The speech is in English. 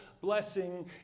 blessing